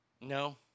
No